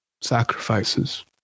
sacrifices